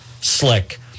slick